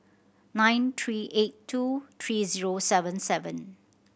nine three eight two three zero seven seven